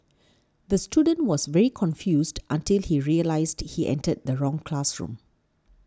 the student was very confused until he realised he entered the wrong classroom